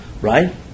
right